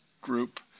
group